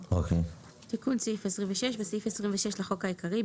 תיקון סעיף 2620.בסעיף 26 לחוק העיקרי,